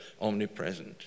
omnipresent